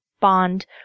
bond